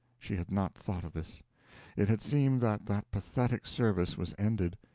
she had not thought of this it had seemed that that pathetic service was ended.